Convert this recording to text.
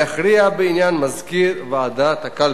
יכריע בעניין מזכיר ועדת הקלפי.